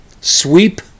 Sweep